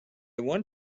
want